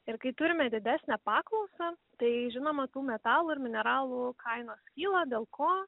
ir kai turime didesnę paklausą tai žinoma tų metalų ir mineralų kainos kyla dėl ko